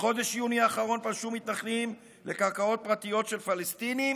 בחודש יוני האחרון פלשו מתנחלים לקרקעות פרטיות של פלסטינים